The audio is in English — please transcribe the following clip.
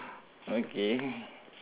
okay